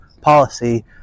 policy